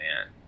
man